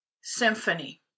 symphony